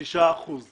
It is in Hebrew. ב-6 אחוזים